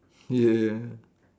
ya ya